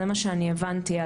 זה מה שאני הבנתי.